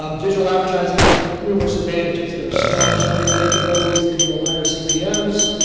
um digital advertising has numerous advantages. there's strong targeting capabilities that yield higher cpms.